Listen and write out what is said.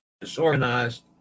disorganized